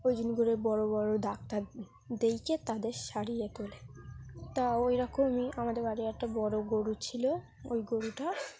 ওই জন্য করে বড় বড় ডাক্তার দেখিয়ে তাদের সারিয়ে তোলে তা ওইরকমই আমাদের একটা বড় গরু ছিল ওই গরুটা